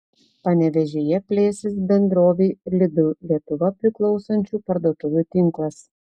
panevėžyje plėsis bendrovei lidl lietuva priklausančių parduotuvių tinklas